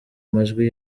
majwi